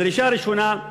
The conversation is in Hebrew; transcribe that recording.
הדרישה הראשונה: